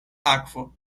akvo